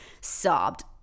sobbed